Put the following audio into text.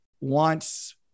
wants